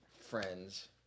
Friends